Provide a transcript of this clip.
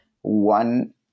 One